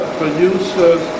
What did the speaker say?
producers